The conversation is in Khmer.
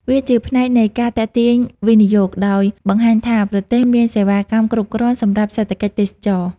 វាជាផ្នែកនៃការទាក់ទាញវិនិយោគ ដោយបង្ហាញថាប្រទេសមានសេវាកម្មគ្រប់គ្រាន់សម្រាប់សេដ្ឋកិច្ចទេសចរណ៍។